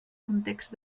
context